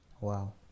Wow